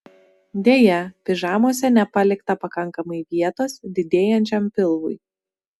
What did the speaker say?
deja pižamose nepalikta pakankamai vietos didėjančiam pilvui